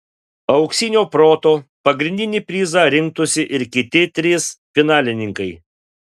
auksinio proto pagrindinį prizą rinktųsi ir kiti trys finalininkai